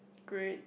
great